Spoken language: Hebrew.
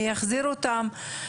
מי יחזיר אותם,